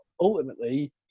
ultimately